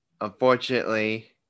Unfortunately